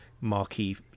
marquee